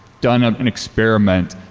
done an experiment,